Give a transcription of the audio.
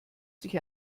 sich